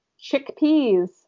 chickpeas